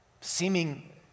seeming